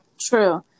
True